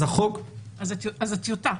זו טיוטה.